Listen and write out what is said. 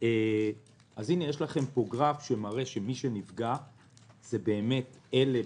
פה יש גרף שמראה שהעובדים שנפגעו ביותר הם אלה